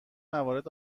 موارد